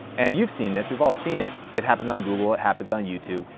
and you've seen this, we've all seen it, it happens on google, it happens on youtube.